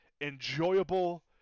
enjoyable